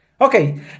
Okay